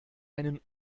einen